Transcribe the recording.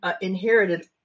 inherited